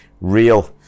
real